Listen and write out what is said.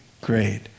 Great